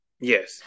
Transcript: Yes